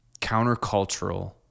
countercultural